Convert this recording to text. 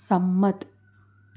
સંમત